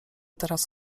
teraz